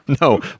No